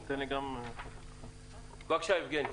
בבקשה, יבגני.